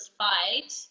fight